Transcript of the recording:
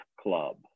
Club